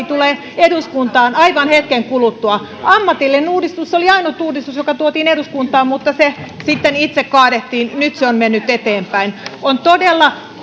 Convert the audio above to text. tulee eduskuntaan aivan hetken kuluttua ammatillinen uudistus oli ainut uudistus joka tuotiin eduskuntaan mutta se sitten itse kaadettiin nyt se on mennyt eteenpäin on todella